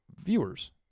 viewers